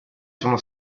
sono